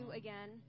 again